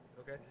Okay